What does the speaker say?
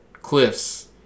Cliffs